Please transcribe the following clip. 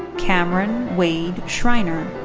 cameron waide schriner.